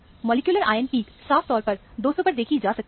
molecular ion peak साफ तौर पर 200 पर देखी जा सकती है